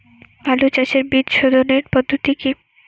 আলু চাষের বীজ সোধনের পদ্ধতি কি?